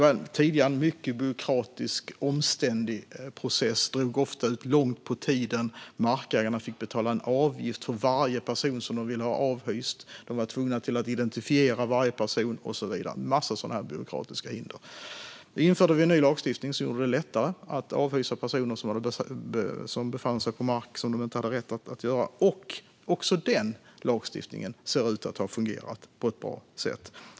Detta var tidigare en mycket byråkratisk och omständlig process. Den drog ofta ut länge på tiden, och markägarna fick betala en avgift för varje person som de ville ha avhyst. De var tvungna att identifiera varje person och så vidare. Det var massor av byråkratiska hinder. Vi införde ny lagstiftning som gjorde det lättare att avhysa personer som befann sig på mark där de inte hade rätt att vara. Också denna lagstiftning ser ut att ha fungerat på ett bra sätt.